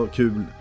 kul